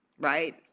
right